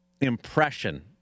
impression